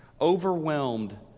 overwhelmed